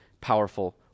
powerful